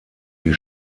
die